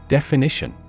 Definition